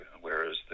whereas